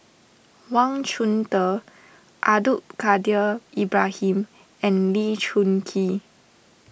Wang Chunde Abdul Kadir Ibrahim and Lee Choon Kee